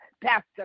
Pastor